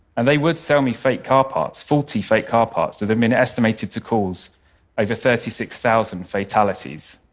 and they would sell me fake car parts, faulty fake car parts that have been estimated to cause over thirty six thousand fatalities,